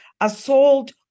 assault